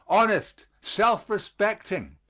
honest, self-respecting.